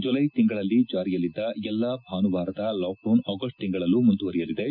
July ತಿಂಗಳಲ್ಲಿ ಜಾರಿಯಲ್ಲಿದ್ದ ಎಲ್ಲಾ ಭಾನುವಾರದ ಲಾಕ್ಡೌನ್ ಆಗಸ್ಟ್ ತಿಂಗಳಲ್ಲೂ ಮುಂದುವರಿಯಲಿದೆ